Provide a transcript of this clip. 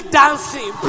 dancing